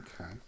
Okay